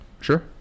Sure